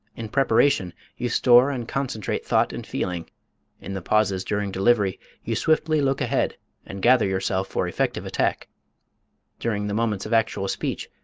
in preparation you store and concentrate thought and feeling in the pauses during delivery you swiftly look ahead and gather yourself for effective attack during the moments of actual speech,